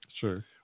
Sure